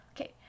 Okay